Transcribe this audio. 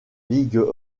ligue